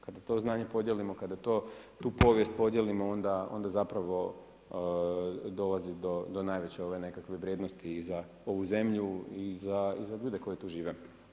Kada to znanje podijelimo, kada tu povijest podijelimo onda zapravo dolazi do najveće ove nekakve vrijednosti i za ovu zemlju i za ljude koji tu žive.